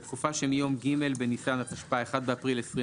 "(ב) בתקופה שמיום ג׳ בניסן התשפ״ה (1 באפריל 2025)